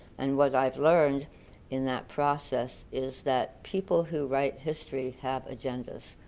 and what i've learned in that process is that people who write history have agendas.